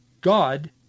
God